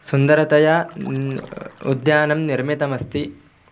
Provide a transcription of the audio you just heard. सुन्दरतया उद्यानं निर्मितमस्ति